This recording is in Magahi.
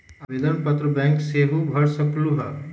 आवेदन पत्र बैंक सेहु भर सकलु ह?